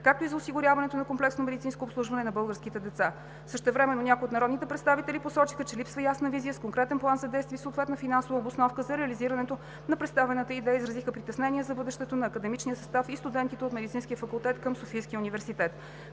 както и за осигуряването на комплексно медицинско обслужване на българските деца. Същевременно някои от народните представители посочиха, че липсва ясна визия с конкретен план за действие и съответната финансова обосновка за реализирането на представената идея и изразиха притеснение за бъдещето на академичния състав и студентите на Медицинския факултет към Софийския университет,